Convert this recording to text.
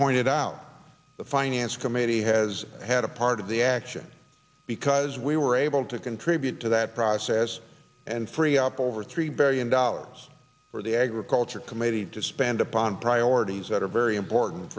pointed out the finance committee has had a part of the action because we were able to contribute to that process and free up over three billion dollars for the agriculture committee to spend upon priorities that are very important